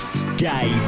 Gay